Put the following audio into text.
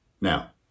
Now